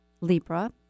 libra